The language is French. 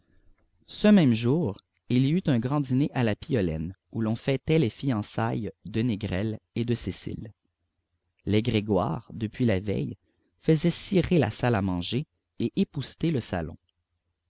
ce même jour il y eut un grand dîner à la piolaine où l'on fêtait les fiançailles de négrel et de cécile les grégoire depuis la veille faisaient cirer la salle à manger et épousseter le salon